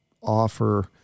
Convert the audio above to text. offer